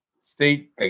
State